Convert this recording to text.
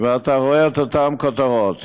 אתה רואה את אותן כותרות.